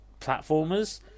platformers